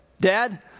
dad